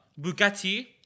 Bugatti